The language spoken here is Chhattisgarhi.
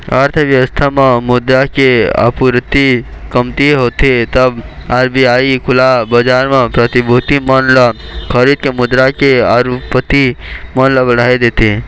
अर्थबेवस्था म मुद्रा के आपूरति कमती होथे तब आर.बी.आई खुला बजार म प्रतिभूति मन ल खरीद के मुद्रा के आपूरति मन ल बढ़ाय देथे